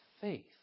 faith